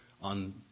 on